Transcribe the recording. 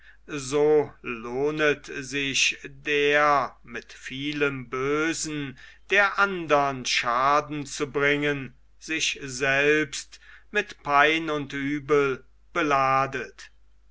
so lohnet sich der mit vielem bösen der andern schaden zu bringen sich selbst mit pein und übel beladet